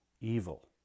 evil